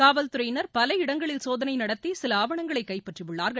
காவல்துறையினர் பல இடங்களில் சோதனை நடத்தி சில ஆவணங்களை கைப்பற்றியுள்ளார்கள்